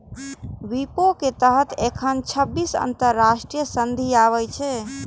विपो के तहत एखन छब्बीस अंतरराष्ट्रीय संधि आबै छै